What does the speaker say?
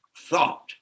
thought